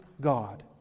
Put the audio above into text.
God